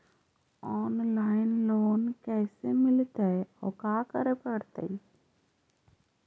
Online loan कैसे मिलतै औ का करे पड़तै?